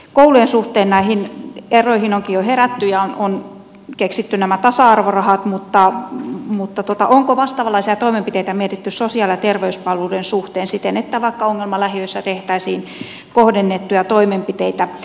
koulujen suhteen näihin eroihin onkin jo herätty ja on keksitty nämä tasa arvorahat mutta onko vastaavanlaisia toimenpiteitä mietitty sosiaali ja terveyspalveluiden suhteen siten että vaikka ongelmalähiöissä tehtäisiin kohdennettuja toimenpiteitä